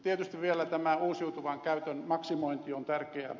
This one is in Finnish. tietysti vielä tämä uusiutuvien käytön maksimointi on tärkeää